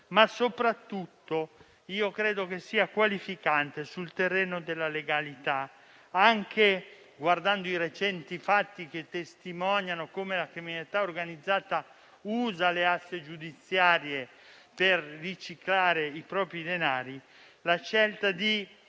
ma soprattutto credo sia qualificante sul terreno della legalità, guardando i recenti fatti che testimoniano come la criminalità organizzata utilizzi le aste giudiziarie per riciclare i propri denari, la scelta di